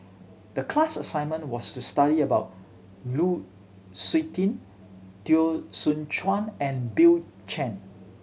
the class assignment was to study about Lu Suitin Teo Soon Chuan and Bill Chen